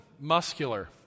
Muscular